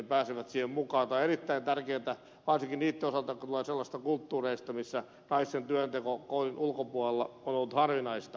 tämä on erittäin tärkeätä varsinkin niitten osalta jotka tulevat sellaisista kulttuureista missä naisten työnteko kodin ulkopuolella on ollut harvinaista